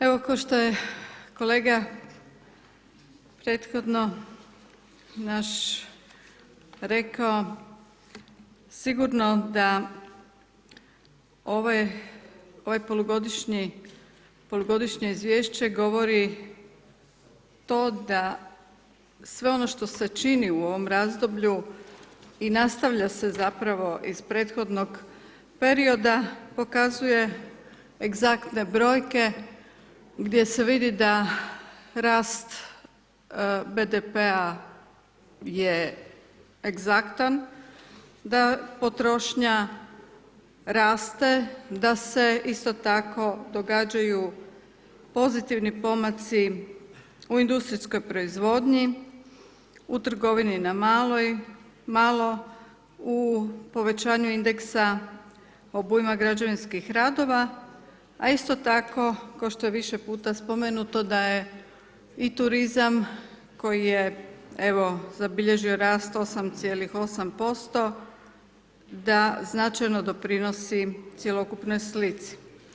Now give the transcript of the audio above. Evo kao što je kolega prethodno naš rekao, sigurno da ovo polugodišnje izvješće govori to da sve ono što se čini u ovom razdoblju i nastavlja se zapravo iz prethodnog perioda, pokazuje egzaktne brojke gdje se vidi da rast BDP-a je egzaktan, da potrošnja raste, da se isto tako događaju pozitivni pomaci u industrijskoj proizvodnji, u trgovini na malo, u povećanju indeksa obujma građevinskih radova a isto tako kao što je više puta spomenuti da je i turizam koji je evo, zabilježio rast 8,8%, da značajno doprinosi cjelokupnoj slici.